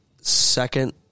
second